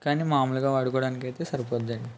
కానీ మాములుగా వాడుకోవడానికి అయితే సరిపోద్దండి